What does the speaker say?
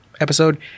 episode